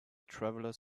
travelers